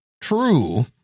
true